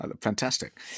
fantastic